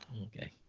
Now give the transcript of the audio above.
Okay